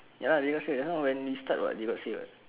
ya they got say just now when we start [what] they got say [what]